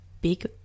big